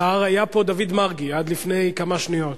השר מרגי היה פה, עד לפני כמה שניות.